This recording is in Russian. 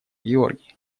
георгий